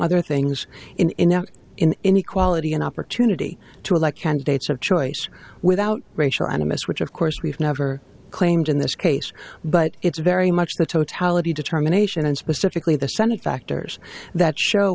other things in inequality an opportunity to elect candidates of choice without racial animus which of course we've never claimed in this case but it's very much the totality determination and specifically the senate factors that show